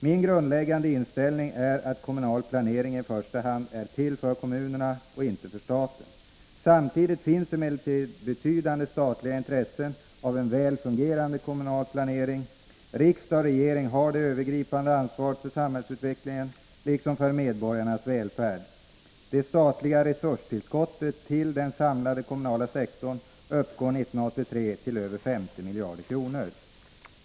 Min grundläggande inställning är att kommunal planering i första hand är Omdensekabriella till för kommunerna, och inte för staten. Samtidigt finns det emellertid ett samhällsplanebetydande statligt intresse av en väl fungerande kommunal planering. ringen Riksdag och regering har det övergripande ansvaret för samhällsutvecklingen liksom för medborgarnas välfärd. Det statliga resurstillskottet till den samlade kommunala sektorn uppgår 1983 till över 50 miljarder kronor.